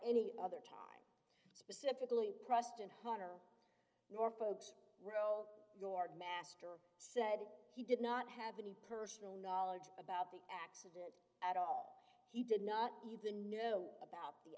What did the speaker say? any other time specifically preston horner nor folks row your master said he did not have any personal knowledge about the accident at all he did not even know about the